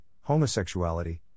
homosexuality